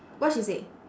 what she say